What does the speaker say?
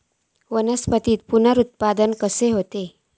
वनस्पतीत पुनरुत्पादन कसा होता?